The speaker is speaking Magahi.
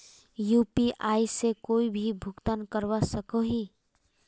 यु.पी.आई से कोई भी भुगतान करवा सकोहो ही?